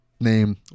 name